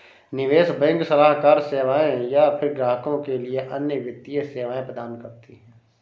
निवेश बैंक सलाहकार सेवाएँ या फ़िर ग्राहकों के लिए अन्य वित्तीय सेवाएँ प्रदान करती है